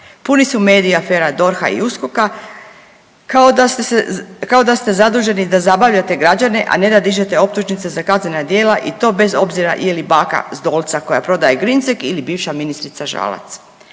Puni su mediji afera DORH-a i USKOK-a kao da ste zaduženi da zabavljate građane, a ne da dižete optužnice za kaznena djela i to bez obzira je li baka s Dolca koja prodaje grincek ili bivša ministrica Žalac.